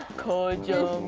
good job.